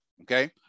okay